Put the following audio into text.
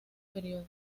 período